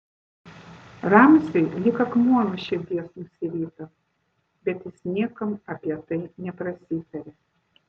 ramziui lyg akmuo nuo širdies nusirito bet jis niekam apie tai neprasitarė